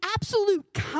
absolute